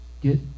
Get